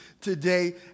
today